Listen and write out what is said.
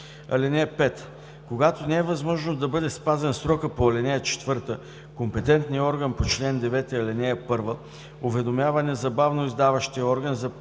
ал. 3. (5) Когато не е възможно да бъде спазен срокът по ал. 4, компетентният орган по чл. 9, ал. 1 уведомява незабавно издаващия орган за